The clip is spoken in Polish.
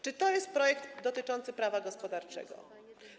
Czy to jest projekt dotyczący prawa gospodarczego?